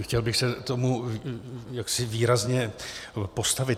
Chtěl bych se tomu jaksi výrazně postavit.